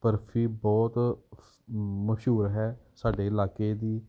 ਬਰਫੀ ਬਹੁਤ ਮਸ਼ਹੂਰ ਹੈ ਸਾਡੇ ਇਲਾਕੇ ਦੀ